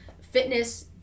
fitness